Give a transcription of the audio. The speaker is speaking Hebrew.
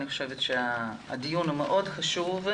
אני חושבת שהדיון מאוד חשוב,